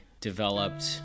developed